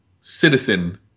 citizen